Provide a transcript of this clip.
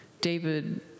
David